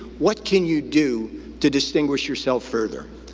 what can you do to distinguish yourself further?